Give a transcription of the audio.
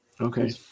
okay